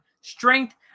strength